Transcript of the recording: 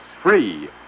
free